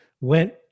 went